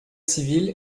civile